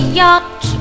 yacht